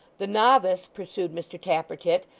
the novice pursued mr tappertit,